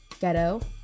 ghetto